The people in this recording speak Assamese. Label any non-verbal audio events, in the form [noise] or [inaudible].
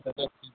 [unintelligible]